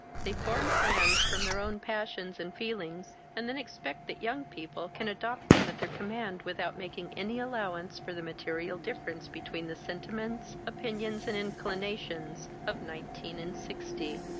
they form plans from their own passions and feelings, and then expect that young people can adopt them at their command, without making any allowance for the material difference between the sentiments, opinions, and inclinations, of nineteen and sixty.